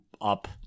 up